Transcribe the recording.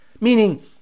meaning